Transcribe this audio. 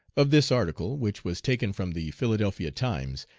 of this article, which was taken from the philadelphia times,